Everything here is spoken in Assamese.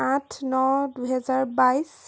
আঠ ন দুহেজাৰ বাইছ